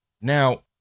Now